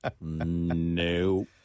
No